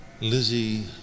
Lizzie